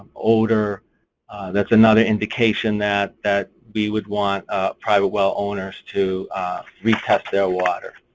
odor that's another indication that that we would want private well owners to retest their water.